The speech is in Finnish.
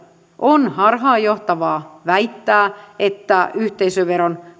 on harhaanjohtavaa väittää että yhteisöveron